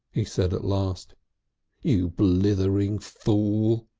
he said at last you blithering fool!